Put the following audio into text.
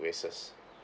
vases